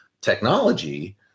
technology